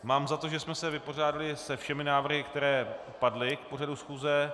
Mám za to, že jsme se vypořádali se všemi návrhy, které padly k pořadu schůze.